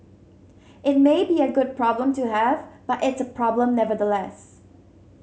it may be a good problem to have but it's a problem nevertheless